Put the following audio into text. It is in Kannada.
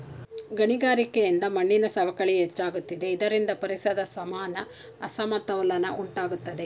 ಗಣಿಗಾರಿಕೆಯಿಂದ ಮಣ್ಣಿನ ಸವಕಳಿ ಹೆಚ್ಚಾಗುತ್ತಿದೆ ಇದರಿಂದ ಪರಿಸರದ ಸಮಾನ ಅಸಮತೋಲನ ಉಂಟಾಗುತ್ತದೆ